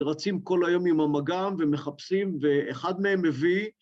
‫רצים כל היום עם המגב ומחפשים, ‫ואחד מהם מביא.